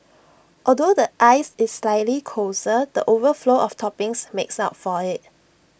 although the ice is slightly coarser the overflow of toppings makes up for IT